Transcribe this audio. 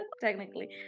technically